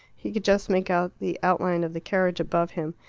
he could just make out the outline of the carriage above him,